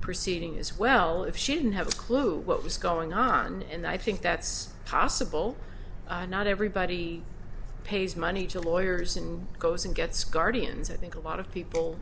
proceeding as well if she didn't have a clue what was going on and i think that's possible not everybody pays money to lawyers and goes and gets guardians i think a lot of people